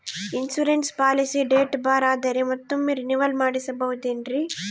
Insurance policy date ಬಾರ್ ಆದರೆ ಮತ್ತೊಮ್ಮೆ ರಿನಿವಲ್ ಮಾಡಿಸಬಹುದೇ ಏನ್ರಿ?